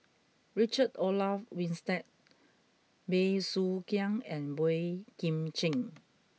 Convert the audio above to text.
Richard Olaf Winstedt Bey Soo Khiang and Boey Kim Cheng